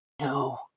No